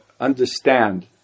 understand